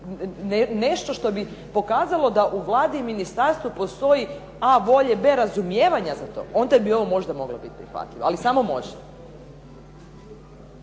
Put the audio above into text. nešto što bi pokazalo da u Vladi i Ministarstvu postoji a) volje, b) razumijevanja za to onda bi ovo možda moglo biti prihvatljivo. Ali samo možda.